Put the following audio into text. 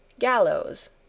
GALLOWS